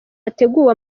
hateguwe